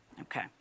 Okay